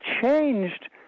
changed